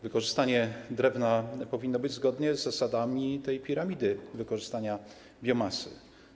Wykorzystanie drewna powinno być zgodne z zasadami piramidy wykorzystania biomasy.